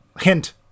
hint